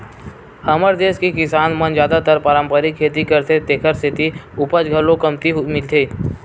हमर देस के किसान मन जादातर पारंपरिक खेती करथे तेखर सेती उपज घलो कमती मिलथे